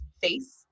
face